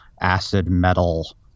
acid-metal